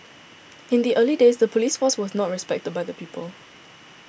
in the early days the police force was not respected by the people